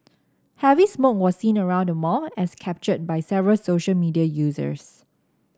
heavy smoke was seen around the mall as captured by several social media users